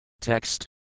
Text